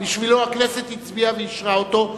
והכנסת הצביעה ואישרה אותו.